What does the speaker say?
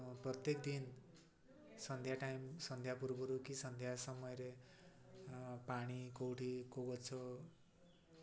ପ୍ରତ୍ୟେକ ଦିନ ସନ୍ଧ୍ୟା ଟାଇମ୍ ସନ୍ଧ୍ୟା ପୂର୍ବରୁ କି ସନ୍ଧ୍ୟା ସମୟରେ ପାଣି କେଉଁଠି କେଉଁ ଗଛ